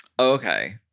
Okay